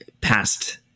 past